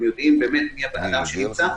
הם יודעים מי נמצא,